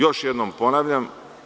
Još jednom ponavljam.